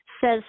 says